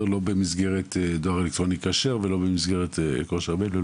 במסגרת דואר אלקטרוני כשר ולא במסגרת זה,